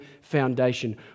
foundation